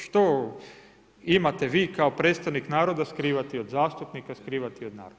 Što imate vi kao predstavnik naroda skrivati od zastupnika, skrivati od naroda?